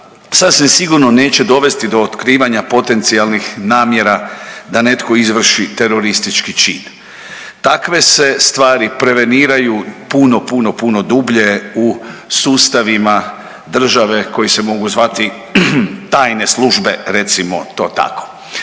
sasvim sigurno neće dovesti do otkrivanja potencijalnih namjera da netko izvrši teroristički čin. Takve se stvari preveniraju puno, puno dublje u sustavima države koji se mogu zvati tajne službe recimo to tako.